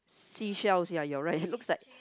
seashells ya you're right looks like